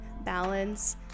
balance